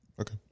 Okay